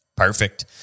Perfect